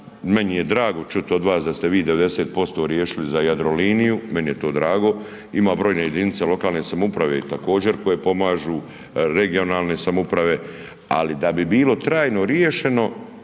Meni je drago čuti od vas da ste vi 90% riješili za Jadroliniju, meni je to drago ima brojne jedinice lokalne samouprave također koje pomažu, regionalne samouprave, ali da bi bilo trajno riješeno